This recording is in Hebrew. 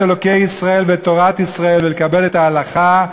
אלוקי ישראל ותורת ישראל ולקבל את ההלכה,